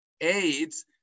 AIDS